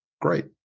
great